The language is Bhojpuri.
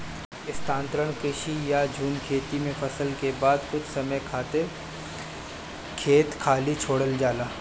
स्थानांतरण कृषि या झूम खेती में फसल के बाद कुछ समय खातिर खेत खाली छोड़ल जाला